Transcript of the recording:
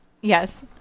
Yes